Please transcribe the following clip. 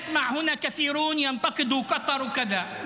אני שומע כאן רבים שמעבירים ביקורת על קטר וכו',